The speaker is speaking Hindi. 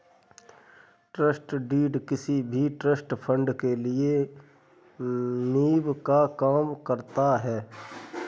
ट्रस्ट डीड किसी भी ट्रस्ट फण्ड के लिए नीव का काम करता है